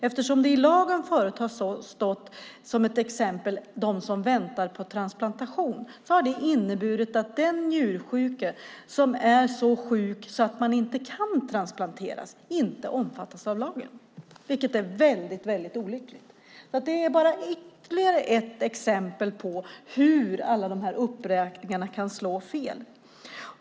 Eftersom det i lagen förut har stått som ett exempel "de som väntar på transplantation" har det inneburit att den njursjuke som är så sjuk att han inte kan transplanteras inte omfattas av lagen. Det är väldigt olyckligt. Det är bara ytterligare ett exempel på hur alla dessa uppräkningar kan slå fel.